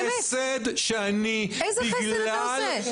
חסד שאני, בגלל --- איזה חסר אתה עושה?